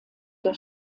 der